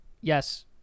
yes